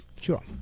Sure